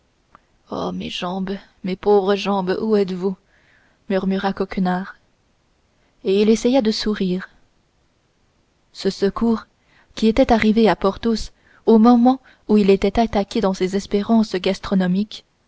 oh mes jambes mes pauvres jambes où êtes-vous murmura coquenard et il essaya de sourire ce secours qui était arrivé à porthos au moment où il était attaqué dans ses espérances gastronomiques